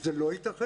אבל זה לא ייתכן.